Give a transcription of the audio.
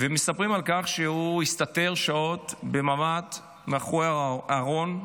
מספרים על כך שהוא הסתתר שעות בממ"ד מאחורי הארון.